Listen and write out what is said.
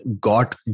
got